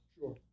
Sure